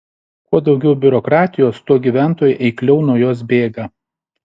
kuo daugiau biurokratijos tuo gyventojai eikliau nuo jos bėga